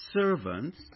servants